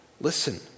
listen